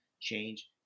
change